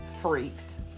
freaks